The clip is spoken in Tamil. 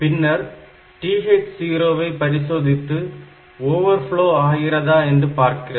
பின்னர் TH0 ஐ பரிசோதித்து ஓவர்ஃப்லோ ஆகிறதா என்று பார்க்கப்படுகிறது